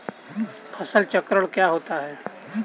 फसल चक्रण क्या होता है?